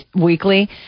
Weekly